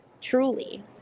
Truly